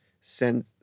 send